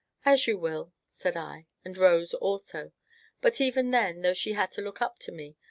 as you will, said i, and rose also but, even then, though she had to look up to me,